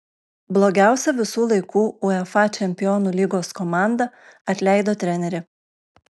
blogiausia visų laikų uefa čempionų lygos komanda atleido trenerį